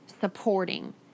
supporting